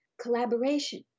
collaboration